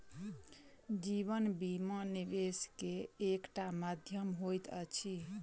जीवन बीमा, निवेश के एकटा माध्यम होइत अछि